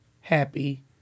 happy